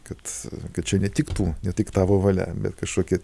kad kad čia ne tik tu ne tik tavo valia bet kažkokia